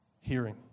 hearing